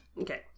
Okay